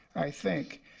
i think,